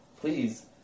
please